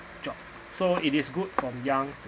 job so it is good from young